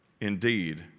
Indeed